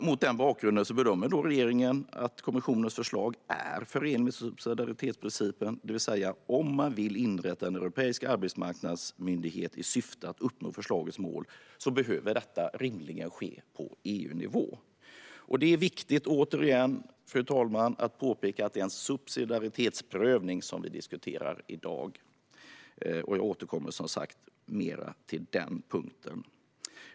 Mot den bakgrunden bedömer regeringen att kommissionens förslag är förenligt med subsidiaritetsprincipen, det vill säga att om man vill inrätta en europeisk arbetsmarknadsmyndighet i syfte att uppnå förslagets mål behöver detta rimligen ske på EU-nivå. Det är viktigt, fru talman, att återigen påpeka att det är en subsidiaritetsprövning som vi diskuterar i dag. Jag återkommer som sagt till den punkten.